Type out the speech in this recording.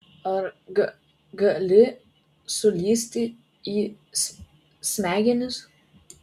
ar g g gali sulįsti į s s smegenis